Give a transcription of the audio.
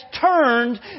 turned